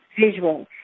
visual